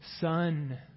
Son